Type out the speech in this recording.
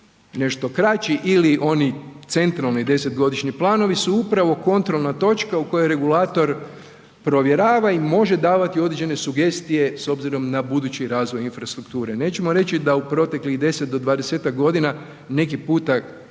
nešto kraći ili oni centralni 10-godišnji planovi su upravo kontrolna točka u kojoj regulator provjerava i može davati određene sugestije s obzirom na budući razvoj infrastrukture. Nećemo reći da u proteklih 10 do 20-tak godina neki puta